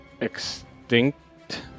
extinct